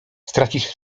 stracić